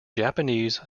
japanese